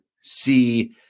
see